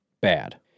bad